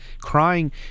Crying